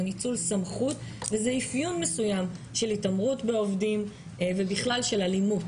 זה ניצול סמכות וזה אפיון מסוים של התעמרות בעובדים ובכלל של אלימות.